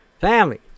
family